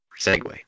segue